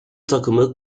takımı